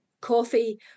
coffee